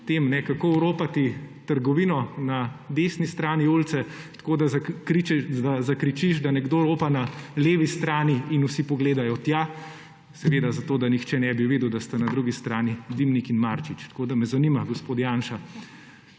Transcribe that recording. kako oropati trgovino na desni strani ulice, tako da zakričiš, da nekdo ropa na levi strani in vsi pogledajo tja, zato da nihče ne bi videl, da sta na drugi strani Dimnik in Marčič. Tako da me zanima, gospod Janša: